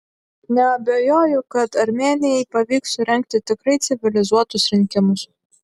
neabejoju kad armėnijai pavyks surengti tikrai civilizuotus rinkimus